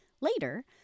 Later